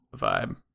vibe